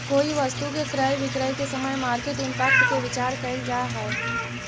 कोई वस्तु के क्रय विक्रय के समय मार्केट इंपैक्ट के विचार कईल जा है